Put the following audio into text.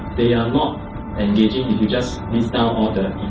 they are not engaging if you just list down all the